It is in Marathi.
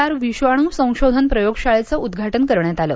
आर विषाणू संशोधन प्रयोगशाळेचं उद्घाटन करण्यात आलं